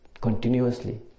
continuously